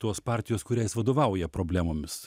tos partijos kuriai jis vadovauja problemomis